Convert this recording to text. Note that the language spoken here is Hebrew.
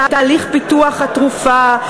תהליך פיתוח התרופה,